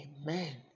amen